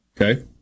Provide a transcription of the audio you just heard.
Okay